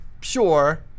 sure